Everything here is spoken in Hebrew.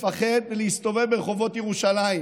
לפחד להסתובב ברחובות ירושלים,